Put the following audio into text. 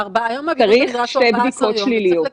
צריך שתי בדיקות שליליות.